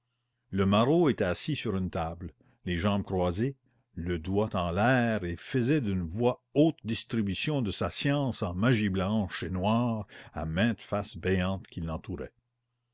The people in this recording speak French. le maraud était assis sur une table les jambes croisées le doigt en l'air et faisait d'une voix haute distribution de sa science en magie blanche et noire à mainte face béante qui l'entourait